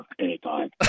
anytime